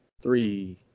three